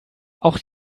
auch